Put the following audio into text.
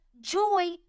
joy